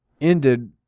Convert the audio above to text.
ended